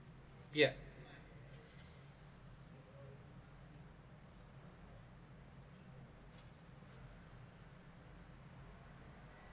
yeah